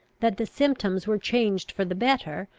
that the symptoms were changed for the better,